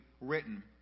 written